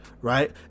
right